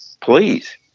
please